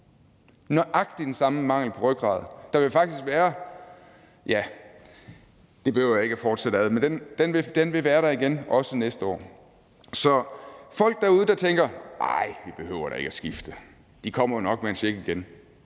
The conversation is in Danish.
nøjagtig den samme mangel på rygrad. Ja, det behøver jeg ikke at fortsætte med, men den vil være der igen også næste år. Så folk derude, der tænker, at nej, vi behøver da ikke skifte, og at de jo nok kommer med en check igen,